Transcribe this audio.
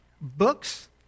Books